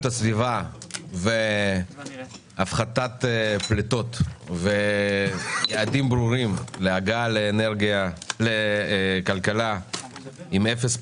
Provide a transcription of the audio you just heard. הסביבה והפחתת פליטות ויעדים ברורים להגעה לכלכלה עם אפס פליטות,